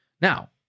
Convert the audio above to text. Now